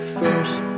first